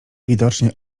widocznie